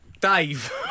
Dave